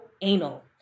anal